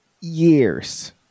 years